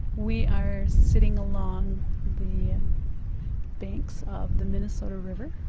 we are sitting along the banks of the minnesota river.